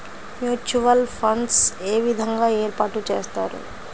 Mutual funds ఏ విధంగా ఏర్పాటు చేస్తారు?